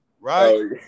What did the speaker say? right